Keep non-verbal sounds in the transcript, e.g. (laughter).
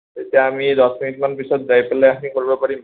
তেতিয়া আমি দহ মিনিটমান পিছত যাই পেলাই (unintelligible) কৰিব পাৰিম